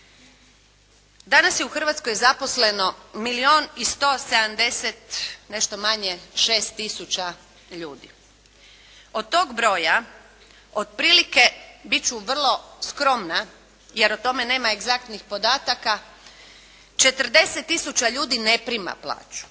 i 176 ili nešto manje, tisuća ljudi. Od tog broja otprilike biti ću vrlo skromna, jer o tome nema egzaktnih podataka, 40 tisuća ljudi ne prima plaću.